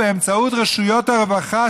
באמצעות רשויות הרווחה,